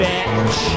Bitch